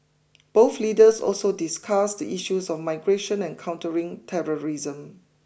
both leaders also discussed the issues of migration and countering terrorism